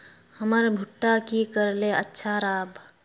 हमर भुट्टा की करले अच्छा राब?